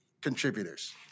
contributors